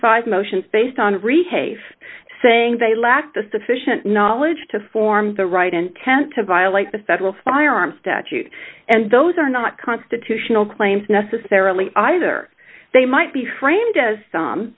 five motions based on rehab of saying they lack the sufficient knowledge to form the right intent to violate the federal firearms statute and those are not constitutional claims necessarily either they might be framed